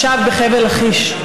אחת היועצות שלי, היא ממושב בחבל לכיש.